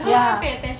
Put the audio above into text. ya